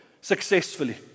successfully